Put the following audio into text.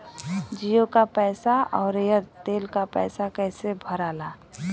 जीओ का पैसा और एयर तेलका पैसा कैसे भराला?